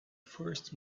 first